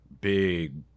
big